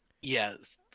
yes